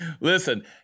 Listen